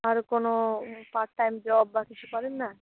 আর কোনো part time job বা কিছু করেন না